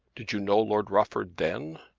did you know lord rufford then?